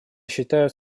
считают